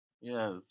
Yes